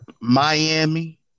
Miami